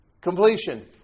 completion